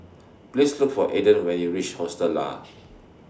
Please Look For Aaden when YOU REACH Hostel Lah